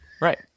Right